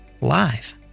live